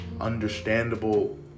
understandable